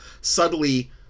subtly